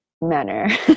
manner